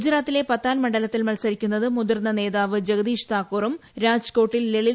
ഗുജറാത്തിലെ പത്താൻ മണ്ഡലത്തിൽ മത്സരിക്കുന്നത് മുതിർന്ന നേതാവ് ജഗദീഷ് താക്കൂറും രാജ് കോട്ടിൽ ലളിത് കഗാധരയുമാണ്